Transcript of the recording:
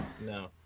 No